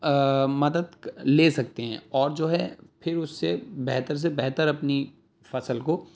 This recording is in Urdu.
مدد لے سکتے ہیں اور جو ہے پھر اس سے بہتر سے بہتر اپنی فصل کو